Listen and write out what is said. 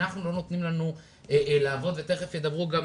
לנו לא נותנים לעבוד ותיכף ידברו גם